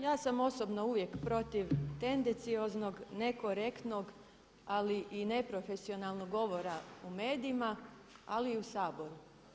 Ja sam osobno uvijek protiv tendencioznog, nekorektnog ali i neprofesionalnog govora u medijima ali i u Saboru.